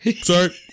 Sorry